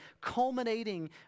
culminating